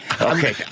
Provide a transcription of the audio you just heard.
Okay